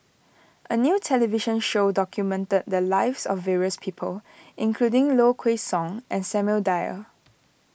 a new television show documented the lives of various people including Low Kway Song and Samuel Dyer